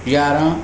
यारहां